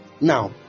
now